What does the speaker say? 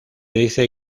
dice